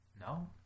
No